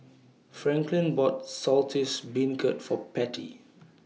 Franklyn bought Saltish Beancurd For Patty